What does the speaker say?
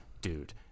dude